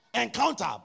encounter